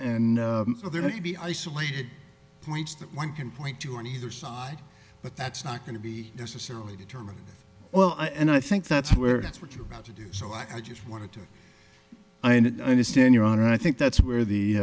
there may be isolated points that one can point to on either side but that's not going to be necessarily determined well and i think that's where that's what you're about to do so i just wanted to and i understand your honor and i think that's where the